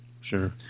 Sure